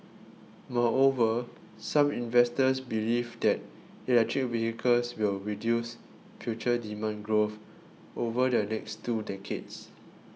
moreover some investors believe that electric vehicles will reduce future demand growth over the next two decades